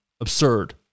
absurd